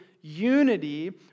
unity